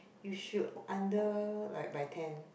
you should under by like ten